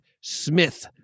Smith